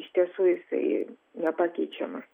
iš tiesų jisai nepakeičiama